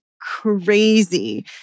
crazy